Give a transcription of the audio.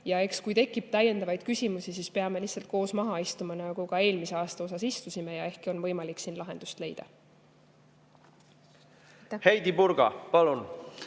Ja kui tekib täiendavaid küsimusi, siis peame lihtsalt koos maha istuma, nagu ka eelmise aastaga seoses istusime, ja ehk on võimalik lahendus leida. Heidy Purga, palun!